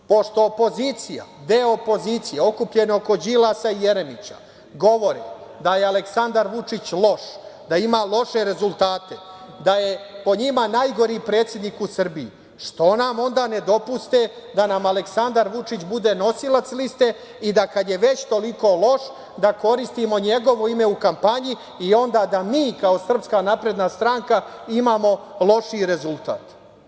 Pošto opozicija, deo opozicije okupljen oko Đilasa i Jeremića, govore da je Aleksandar Vučić loš, da ima loše rezultate, da je po njima najgori predsednik u Srbiji, što nam onda ne dopuste da nam Aleksandar Vučić bude nosilac liste i da kad je već toliko loš, da koristimo njegovo ime u kampanji i onda da mi kao SNS imamo lošiji rezultat?